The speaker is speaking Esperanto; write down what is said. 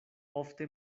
ofte